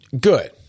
Good